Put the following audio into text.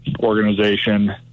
organization